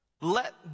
Let